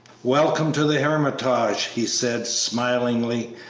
welcome to the hermitage! he said, smilingly,